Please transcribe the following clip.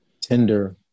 tender